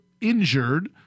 injured